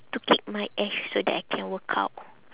to kick my ass so that I can work out